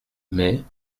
mais